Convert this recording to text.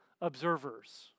observers